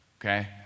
okay